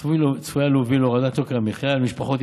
צפויה להוביל להורדת יוקר המחיה למשפחות עם